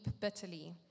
bitterly